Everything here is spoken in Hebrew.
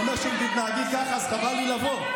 אז חבל לי לבוא.